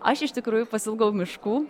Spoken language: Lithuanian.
aš iš tikrųjų pasiilgau miškų